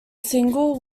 single